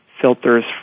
filters